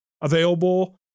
available